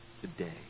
today